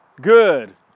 Good